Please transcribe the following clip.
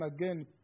again